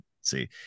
see